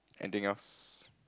anything else